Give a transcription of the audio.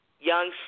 Young